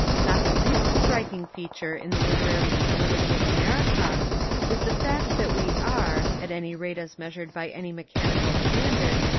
not the least striking feature in the literary sterility of america is the fact that we are, at any rate as measured by any mechanical standard,